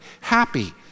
happy